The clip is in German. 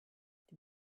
die